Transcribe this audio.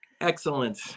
Excellent